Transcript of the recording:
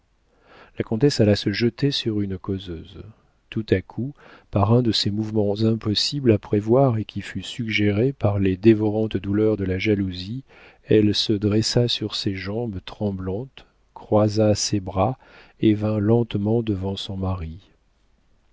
la comtesse alla se jeter sur une causeuse tout à coup par un de ces mouvements impossibles à prévoir et qui fut suggéré par les dévorantes douleurs de la jalousie elle se dressa sur ses jambes tremblantes croisa ses bras et vint lentement devant son mari